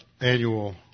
annual